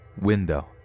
window